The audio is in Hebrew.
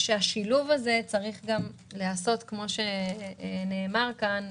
שהשילוב הזה צריך להיעשות כפי שנאמר כאן,